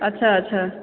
अच्छा अच्छा